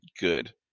good